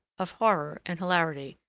of horror and hilarity,